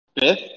fifth